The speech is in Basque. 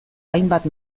hainbat